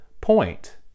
point